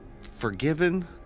forgiven